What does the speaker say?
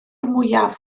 mwyaf